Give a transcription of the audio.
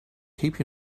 keep